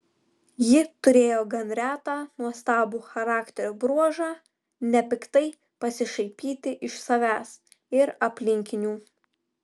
ji turėjo gan retą nuostabų charakterio bruožą nepiktai pasišaipyti iš savęs ir aplinkinių